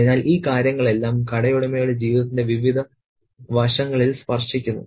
അതിനാൽ ഈ കാര്യങ്ങൾ എല്ലാം കടയുടമയുടെ ജീവിതത്തിന്റെ വിവിധ വശങ്ങളിൽ സ്പർശിക്കുന്നു